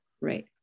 Right